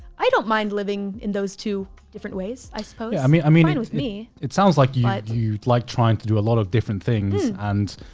i don't mind living in those two different ways, i suppose. yeah i mean. fine i mean and with me. it sounds like you like trying to do a lot of different things and.